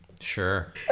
Sure